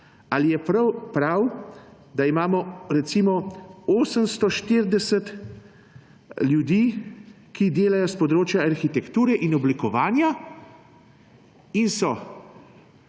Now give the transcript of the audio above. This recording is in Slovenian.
ali je prav, da imamo, recimo, 840 ljudi, ki delajo s področja arhitekture in oblikovanja in so